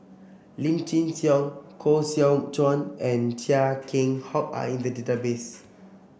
Lim Chin Siong Koh Seow Chuan and Chia Keng Hock are in the database